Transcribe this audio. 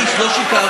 אני לא שיקרתי.